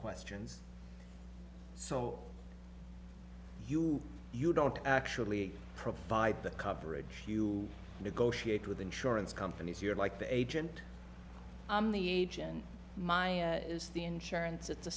questions so you you don't actually provide the coverage you negotiate with insurance companies you're like the agent i'm the agent maya is the insurance it's a